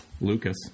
lucas